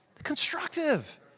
Constructive